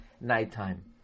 nighttime